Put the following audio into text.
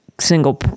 single